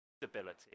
stability